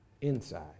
inside